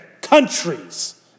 countries